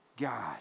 God